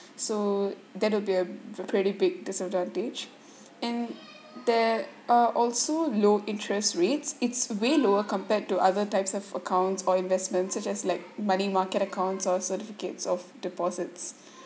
so that would be a a pretty big disadvantage and there are also low interest rates it's way lower compared to other types of accounts or investments such as like money market accounts or certificates of deposits